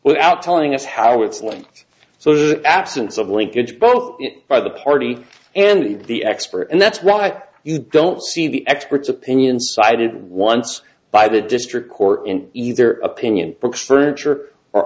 without telling us how it's lying so the absence of linkage both by the party and the expert and that's why you don't see the expert's opinion cited once by the district court in either opinion books furniture or